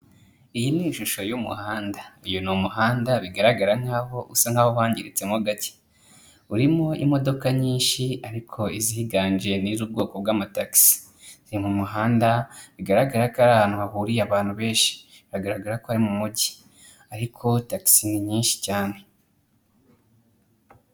Iyi ni ishusho y'umuhanda, uyu ni umuhanda bigaragara nk'aho usa nk'aho wangiritse mo gake, urimo imodoka nyinshi ariko iziganje ni iz'ubwoko bw'amatagisi, ni mu muhanda bigaragara ko ari ahantu hahuriye abantu benshi, biragaragara ko ari mu mujyi ariko tagisi ni nyinshi cyane.